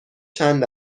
چند